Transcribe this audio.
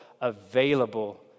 available